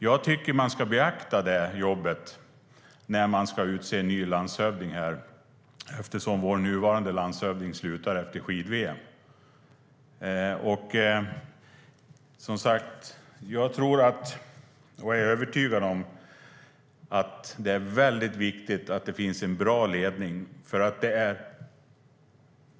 Jag tycker att man ska beakta det jobbet när man ska utse en ny landshövding eftersom vår nuvarande landshövding slutar efter skid-VM. Jag är som sagt övertygad om att det är viktigt att det finns en bra ledning.